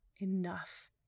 enough